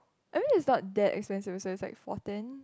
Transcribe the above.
I mean is not that expensive also is like fourteen